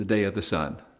day of the sun,